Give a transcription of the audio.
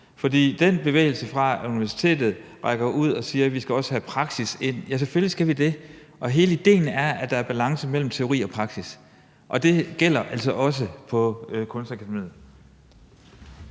med den bevægelse, hvor universitetet rækker ud og siger, at vi også skal have praksis ind – og selvfølgelig skal vi det – er, at der er balance mellem teori og praksis, og det gælder altså også på Kunstakademiet.